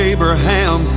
Abraham